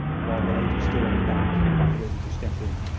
while the ladies stood on the bank quite ready to step in.